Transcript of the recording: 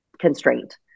constraint